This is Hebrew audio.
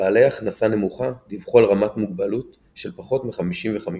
ובעלי הכנסה נמוכה דיווחו על רמת מוגבלות של פחות מ-55%.